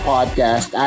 Podcast